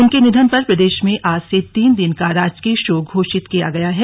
उनके निधन पर प्रदेश में आज से तीन दिन का राजकीय शोक घोषित किया गया है